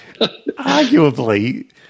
arguably